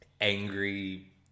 angry